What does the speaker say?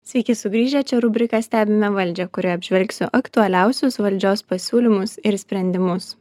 sveiki sugrįžę čia rubrika stebime valdžią kurioje apžvelgsiu aktualiausius valdžios pasiūlymus ir sprendimus